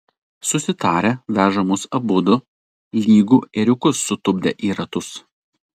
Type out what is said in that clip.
susitarę veža mus abudu lygu ėriukus sutupdę į ratus